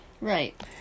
Right